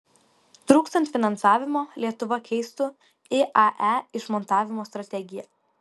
trūkstant finansavimo lietuva keistų iae išmontavimo strategiją